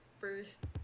first